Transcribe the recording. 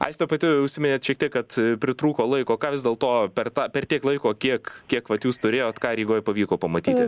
aiste pati užsiminėt šiek tiek kad pritrūko laiko ką vis dėlto per tą per tiek laiko kiek kiek vat jūs turėjot ką rygoj pavyko pamatyti